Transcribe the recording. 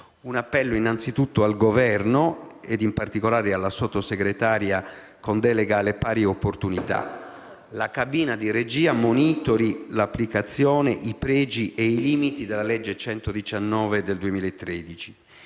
un appello innanzitutto al Governo ed in particolare alla Sottosegretaria con delega alle pari opportunità: la cabina di regia monitori l'applicazione, i pregi ed i limiti della legge n. 119 del 2013